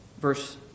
verse